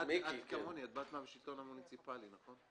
את כמוני, באת מהשלטון המוניציפלי, נכון?